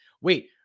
Wait